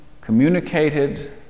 communicated